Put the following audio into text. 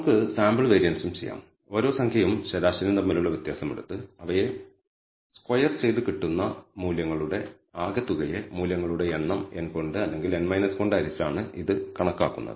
നമുക്ക് സാമ്പിൾ വേരിയൻസും ചെയ്യാം ഓരോ സംഖ്യയും ശരാശരിയും തമ്മിലുള്ള വ്യത്യാസം എടുത്ത് അവയെ സ്ക്വയർ ചെയ്ത് കിട്ടുന്ന മൂല്യങ്ങളുടെ ആകെത്തുകയെ മൂല്യങ്ങളുടെ എണ്ണം n കൊണ്ട് അല്ലെങ്കിൽ n 1 കൊണ്ട് ഹരിച്ചാണ് ഇത് കണക്കാക്കുന്നത്